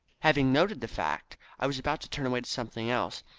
having noted the fact, i was about to turn away to something else,